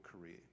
career